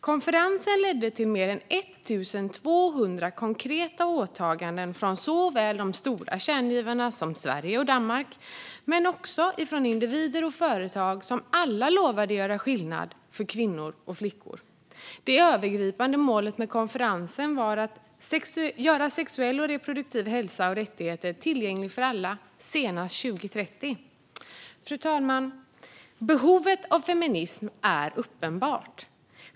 Konferensen ledde till mer än 1 200 konkreta åtaganden från de stora kärngivarna som Sverige och Danmark, men också från individer och företag som alla lovade att göra skillnad för kvinnor och flickor. Det övergripande målet med konferensen var att göra sexuell och reproduktiv hälsa och rättigheter tillgängliga för alla senast 2030. Fru talman! Behovet av feminism är uppenbart.